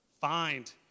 Find